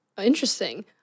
Interesting